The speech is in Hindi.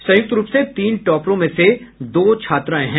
संयुक्त रूप से तीन टॉपरों में से दो छात्राएं हैं